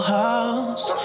house